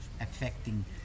affecting